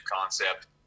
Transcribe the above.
concept